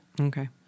okay